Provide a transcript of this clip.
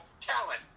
talent